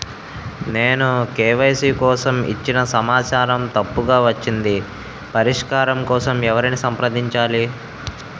నేను కే.వై.సీ కోసం ఇచ్చిన సమాచారం తప్పుగా వచ్చింది పరిష్కారం కోసం ఎవరిని సంప్రదించాలి?